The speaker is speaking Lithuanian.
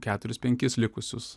keturis penkis likusius